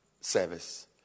service